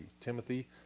Timothy